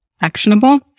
actionable